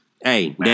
Hey